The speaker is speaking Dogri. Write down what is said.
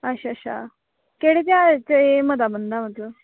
अच्छा अच्छा केह्ड़े ध्यारे च एह् मतलब बड़ा बनदा मतलब